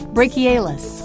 Brachialis